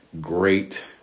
great